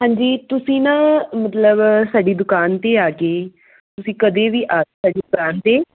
ਹਾਂਜੀ ਤੁਸੀਂ ਨਾ ਮਤਲਬ ਸਾਡੀ ਦੁਕਾਨ 'ਤੇ ਆ ਕੇ ਤੁਸੀਂ ਕਦੇ ਵੀ ਆ ਸਕਦੇ ਦੁਕਾਨ 'ਤੇ